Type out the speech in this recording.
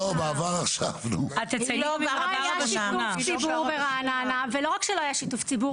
לא היה שיתוף ציבור ברעננה ולא רק שלא היה שיתוף ציבור,